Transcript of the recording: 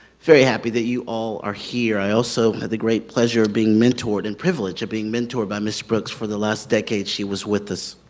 very happy that you all are here. i also had the great pleasure of being mentored and privilege of being mentored by mrs. brooks for the last decade she was with us.